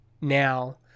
now